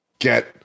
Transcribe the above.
Get